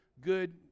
good